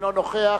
אינו נוכח.